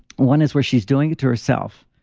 one is where she's doing it to herself.